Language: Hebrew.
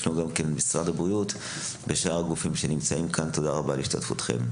תודה למשרד הבריאות ולשאר הגופים שנמצאים כאן על השתתפותם.